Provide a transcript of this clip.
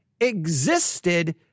existed